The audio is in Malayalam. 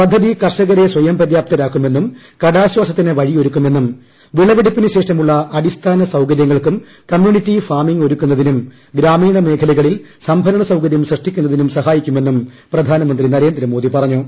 പദ്ധതി കർഷകരെ സ്വയംപര്യാപ്ത്രാക്കുമെന്നും കടാശ്വാസത്തിന് വഴിയൊരുക്കുമെന്നും സൌകര്യങ്ങൾക്കും കമ്മ്യൂണിറ്റി ഫാമിംഗ് ഒരുക്കുന്നതിനും ഗ്രാമീണ മേഖലകളിൽ സംഭര്ണ സൌകര്യം സൃഷ്ടിക്കുന്നതിനും സഹായിക്കുമെന്നും പ്രധാനമന്ത്രി നരേന്ദ്രമോദി പറഞ്ഞു